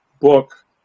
book